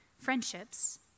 friendships